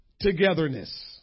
togetherness